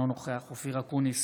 אינו נוכח אופיר אקוניס,